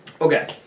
Okay